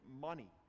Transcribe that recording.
money